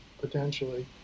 potentially